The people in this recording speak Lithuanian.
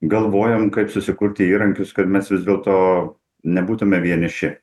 galvojam kaip susikurti įrankius kad mes vis dėlto nebūtume vieniši